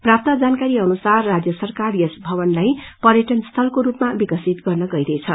प्राप्त जानकारी अनुसार राजय सरकार यस भवलाई पर्यटन स्थलको रूपमा विकसित गर्न गईरहेछ